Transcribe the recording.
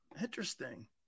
Interesting